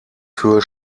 für